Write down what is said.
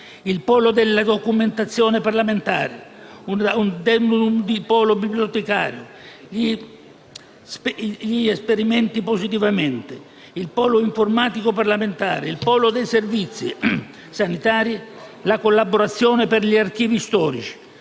il polo della documentazione parlamentare; un *addendum* al polo bibliotecario, già sperimentati positivamente; il polo informatico parlamentare; il polo dei servizi sanitari; la collaborazione per gli archivi storici.